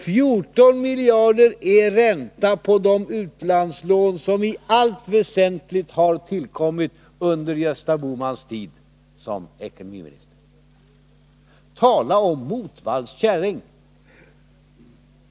14 miljarder är ränta på de utlandslån som i allt väsentligt har tillkommit under Gösta Bohmans tid som ekonomiminister. Tala om Motvalls käring!